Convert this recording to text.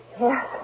Yes